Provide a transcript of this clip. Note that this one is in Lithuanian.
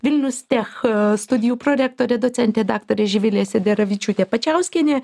vilnius tech studijų prorektorė docentė daktarė živilė sederevičiūtė pačiauskienė